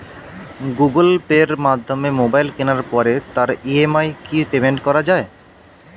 Google পের মাধ্যমে mobile কেনার পরে তার ই.এম.আই কি পেমেন্ট করা যায়?